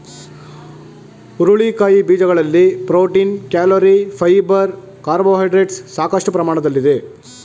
ಹುರುಳಿಕಾಯಿ ಬೀಜಗಳಲ್ಲಿ protein, calorie, fibre carbohydrates ಸಾಕಷ್ಟು ಪ್ರಮಾಣದಲ್ಲಿದೆ